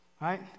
Right